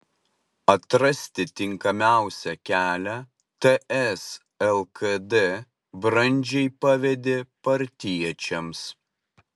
atrasti tinkamiausią kelią ts lkd brandžiai pavedė partiečiams